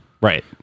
Right